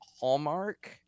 Hallmark